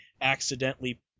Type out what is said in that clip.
accidentally